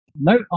No